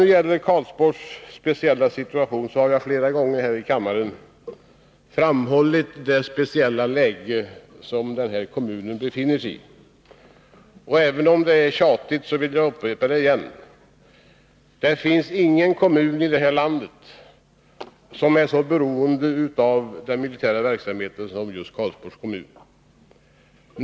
Jag har flera gånger här i kammaren framhållit det speciella läge som Karlsborgs kommun befinner sig i. Även om det är tjatigt, vill jag upprepa det igen: Det finns ingen kommun i detta land som är så beroende av den militära verksamheten som just Karlsborg.